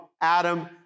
Adam